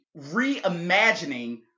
reimagining